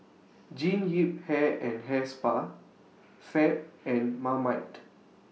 Jean Yip Hair and Hair Spa Fab and Marmite